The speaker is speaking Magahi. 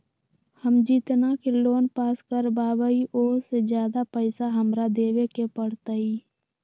हम जितना के लोन पास कर बाबई ओ से ज्यादा पैसा हमरा देवे के पड़तई?